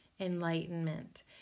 enlightenment